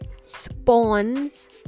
spawns